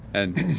and,